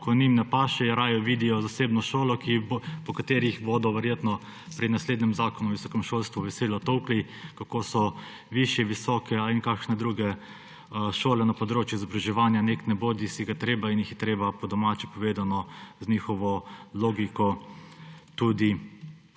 ko njim ne paše, raje vidijo zasebno šolo, po kateri bodo verjetno pri naslednjem zakonu o visokem šolstvu veselo tolkli, kako so višje, visoke in kakšne druge šole na področju izobraževanja nek ne bodi ga treba in jih je treba, po domače povedano, z njihovo logiko tudi